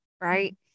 right